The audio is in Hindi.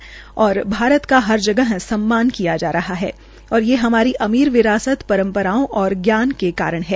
उन्होंने कहा िक भारत का हर जगह सम्मान किया जा रहा है और ये हमारी अमीर विरासत परम्पराओं और जान के कारण है